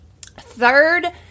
Third